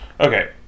Okay